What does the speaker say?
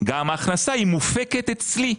גם ההכנסה מופקת אצלה.